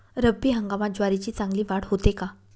रब्बी हंगामात ज्वारीची चांगली वाढ होते का?